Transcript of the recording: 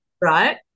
right